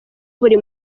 buri